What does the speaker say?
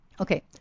Okay